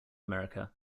america